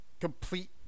complete